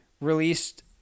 released